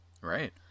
Right